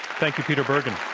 thank you, peter bergen.